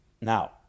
now